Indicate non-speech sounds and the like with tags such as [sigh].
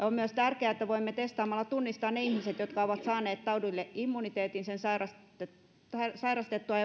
[unintelligible] on myös tärkeää että voimme testaamalla tunnistaa ne ihmiset jotka ovat saaneet taudille immuniteetin sen sairastettuaan [unintelligible]